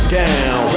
down